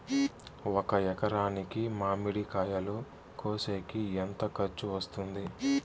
ఒక ఎకరాకి మామిడి కాయలు కోసేకి ఎంత ఖర్చు వస్తుంది?